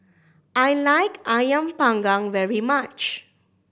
I like Ayam Panggang very much